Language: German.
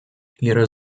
ihre